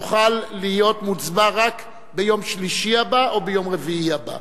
יוכל להיות מוצבע רק ביום שלישי הבא או ביום רביעי הבא.